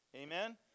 Amen